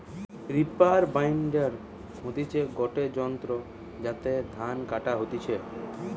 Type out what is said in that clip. reaper binder হতিছে গটে যন্ত্র যাতে ধান কাটা হতিছে